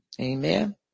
Amen